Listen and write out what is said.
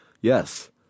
yes